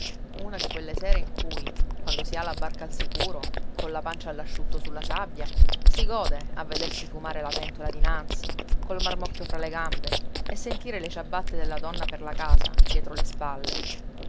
una di quelle sere in cui quando si ha la barca al sicuro colla pancia all'asciutto sulla sabbia si gode a vedersi fumare la pentola dinanzi col marmocchio fra le gambe e sentire le ciabatte della donna per la casa dietro le spalle